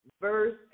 verse